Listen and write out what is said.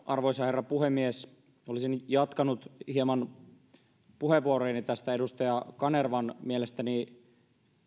arvoisa herra puhemies olisin jatkanut hieman puheenvuorossani edustaja kanervan mielestäni